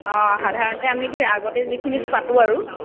অঁ সাধাৰণতে আমিতো আগতে যিখিনি পাতোঁ আৰু